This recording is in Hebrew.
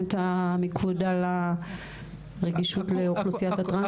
את המיקוד לרגישות לאוכלוסיית הטרנס.